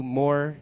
more